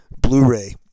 Blu-ray